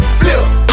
flip